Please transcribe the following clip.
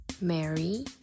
Mary